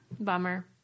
Bummer